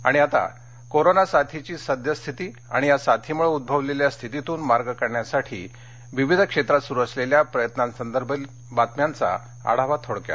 आणि आता कोरोना साथीची सद्यस्थिती आणि या साथीमळं उद्ववलेल्या स्थितीतन मार्ग काढण्यासाठी वेगवेगळ्या क्षेत्रात सरू असलेल्या प्रयत्नांसंदर्भातील बातम्यांचा आढावा थोडक्यात